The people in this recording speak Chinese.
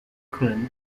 可能